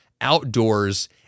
outdoors